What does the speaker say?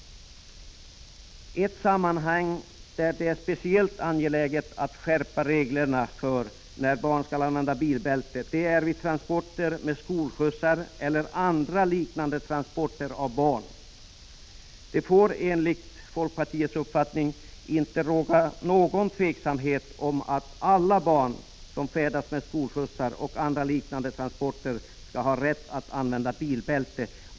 Ett sammanhang där det är speciellt angeläget att skärpa reglerna för när barn skall använda bilbälte är vid transporter med skolskjutsar eller andra liknande transporter av barn. Det får enligt folkpartiets uppfattning inte råda något tvivel om att alla barn som färdas med skolskjutsar och andra liknande transporter skall ha rätt att använda bilbälte.